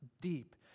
deep